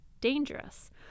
dangerous